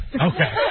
Okay